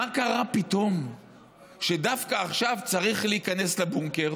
מה קרה פתאום שדווקא עכשיו צריך להיכנס לבונקר?